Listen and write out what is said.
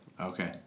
Okay